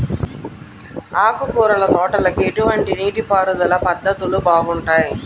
ఆకుకూరల తోటలకి ఎటువంటి నీటిపారుదల పద్ధతులు బాగుంటాయ్?